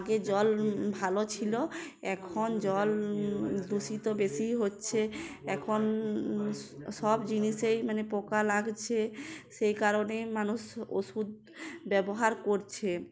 আগে জল ভালো ছিলো এখন জল দূষিত বেশিই হচ্ছে এখন সব জিনিসেই মানে পোকা লাগছে সেই কারণেই মানুষ ওষুধ ব্যবহার করছে